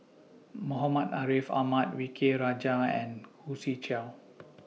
Muhammad Ariff Ahmad V K Rajah and Khoo Swee Chiow